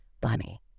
Bunny